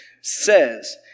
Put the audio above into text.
says